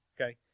okay